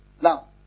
Now